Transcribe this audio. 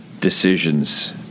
decisions